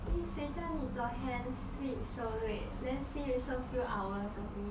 !ee! 谁叫你昨天 sleep so late then sleep also few hours only